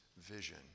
vision